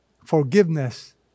Forgiveness